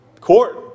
court